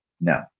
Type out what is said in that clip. no